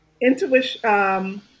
intuition